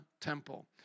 temple